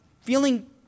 feeling